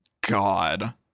God